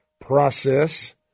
process